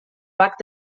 bac